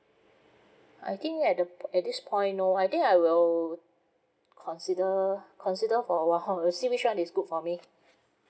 I think at the po~ at this point no I think I will consider consider for a while I'll see which one is good for me